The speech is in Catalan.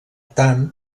tant